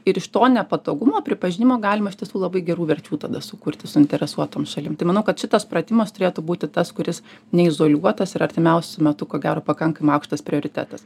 ir iš to nepatogumo pripažinimo galima iš tiesų labai gerų verčių tada sukurti suinteresuotom šalim tai manau kad šitas pratimas turėtų būti tas kuris neizoliuotas ir artimiausiu metu ko gero pakankamai aukštas prioritetas